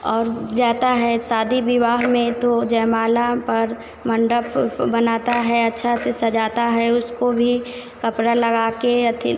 और जाता है शादी विवाह में तो जयमाला पर मंडप बनाता है अच्छा से सजाता है उसको भी कपड़ा लगाकर अखिल